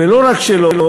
ולא רק שלא,